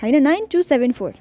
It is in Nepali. होइन नाइन टु सेभेन फोर